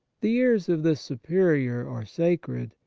the ears of the superior are sacred,